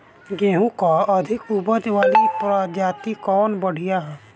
गेहूँ क अधिक ऊपज वाली प्रजाति कवन बढ़ियां ह?